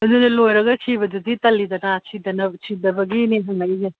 ꯑꯗꯨꯅꯤ ꯂꯣꯏꯔꯒ ꯁꯤꯕꯗꯨꯗꯤ ꯇꯜꯂꯤꯗꯅ ꯁꯤꯗꯕꯒꯤꯅꯦ ꯍꯪꯉꯛꯏꯁꯦ